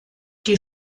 die